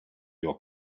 your